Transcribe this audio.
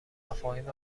مفاهیم